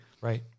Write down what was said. Right